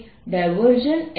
M છે તે પછી